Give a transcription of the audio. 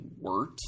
wort